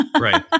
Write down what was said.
Right